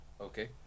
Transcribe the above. Okay